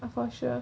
for sure